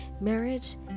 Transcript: Marriage